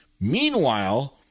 Meanwhile